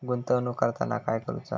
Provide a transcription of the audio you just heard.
गुंतवणूक करताना काय करुचा?